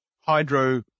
hydro